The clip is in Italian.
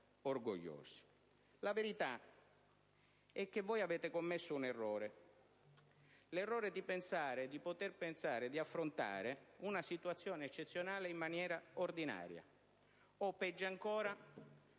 La verità è che voi avete commesso un errore: quello di pensare di affrontare una situazione eccezionale in maniera ordinaria o, peggio ancora,